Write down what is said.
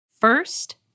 First